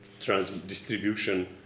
distribution